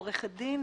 עורכת דין,